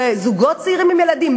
בזוגות צעירים עם ילדים,